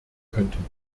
könnten